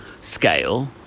scale